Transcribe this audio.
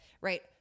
right